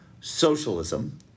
socialism